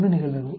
01 நிகழ்தகவு